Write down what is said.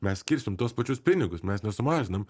mes skirsim tuos pačius pinigus mes ne sumažinam